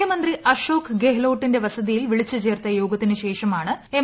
മുഖ്യമന്ത്രി അശോക് ഗെഹ്ലോട്ടിന്റെ വസതിയിൽ വിളിച്ചു ചേർത്ത യോഗത്തിനു ശേഷമാണ് എം